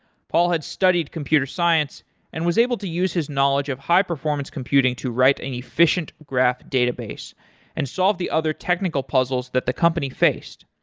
paul had studied computer science and was able to use his knowledge of high performance computing to write an efficient graph database and solve the other technical puzzles that the company faced,